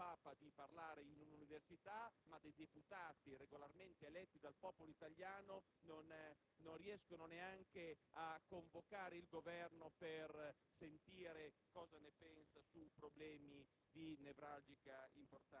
possono impedire al Papa di parlare in un'università, ma dei deputati, regolarmente eletti dal popolo italiano, non riescono neanche a convocare il Governo per sentire cosa pensi di problemi